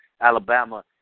Alabama